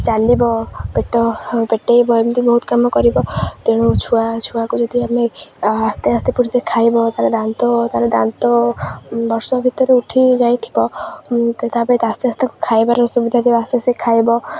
ଚାଲିବ ପେଟ ପେଟାଇବ ଏମିତି ବହୁତ କାମ କରିବ ତେଣୁ ଛୁଆ ଛୁଆକୁ ଯଦି ଆମେ ଆସ୍ତେ ଆସ୍ତେ ପୁଡ଼ି ସେ ଖାଇବ ତା'ର ଦାନ୍ତ ତା'ର ଦାନ୍ତ ବର୍ଷ ଭିତରେ ଉଠି ଯାଇଥିବ ତଥାପି ଆସ୍ତେ ଆସ୍ତେ ଖାଇବାର ସୁବିଧା ଥିବ ଆସ୍ତେ ଆସ୍ତେ ଖାଇବ